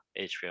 hbo